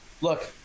look